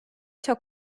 çok